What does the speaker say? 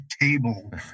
table